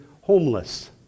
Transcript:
homeless